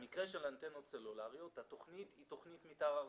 במקרה של אנטנות סלולריות התוכנית היא תוכנית מתאר ארצית,